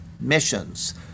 missions